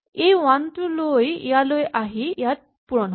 এই ৱান টো ইয়ালৈ আহি ইয়াত পূৰণ হ'ব